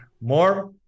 more